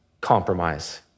compromise